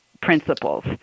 principles